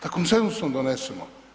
Da konsenzusom donesemo.